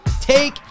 take